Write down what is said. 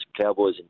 Cowboys